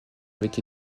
avec